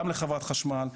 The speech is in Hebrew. גם לחברת חשמל,